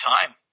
time